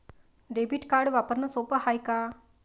Debit card वापरणं सोप हाय का?